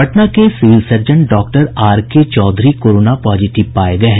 पटना के civil surgeon doctor R K Chaudhary corona positive पाए गये है